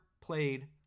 played